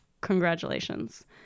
congratulations